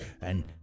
and-